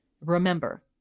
Remember